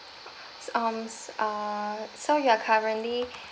um ah so you are currently